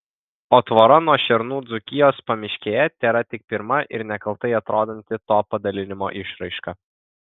o tvora nuo šernų dzūkijos pamiškėje tėra tik pirma ir nekaltai atrodanti to padalinimo išraiška